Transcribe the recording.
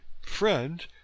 friend